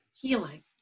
healing